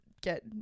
get